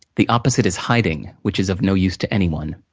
the opposite is hiding, which is of no use to anyone.